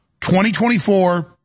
2024